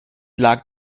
lag